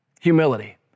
Humility